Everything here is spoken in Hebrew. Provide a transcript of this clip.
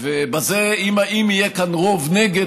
אם יהיה כאן רוב נגד,